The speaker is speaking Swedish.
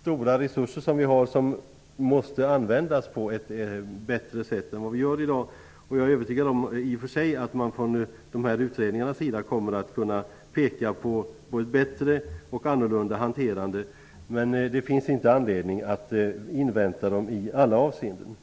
stora resurser som måste användas på ett bättre sätt än vad vi gör i dag. Jag är i och för sig övertygad om att man från utredningarnas sida kommer att kunna peka på ett bättre och annorlunda hanterande. Men det finns inte anledning att invänta utredningsresultaten i alla avseenden.